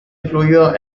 incluido